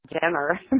dinner